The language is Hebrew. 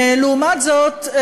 לעומת זאת,